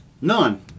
None